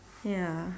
ya